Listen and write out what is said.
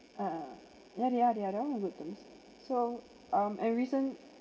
uh ya they are they are on good terms so um and recent